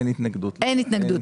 אין התנגדות.